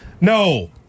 No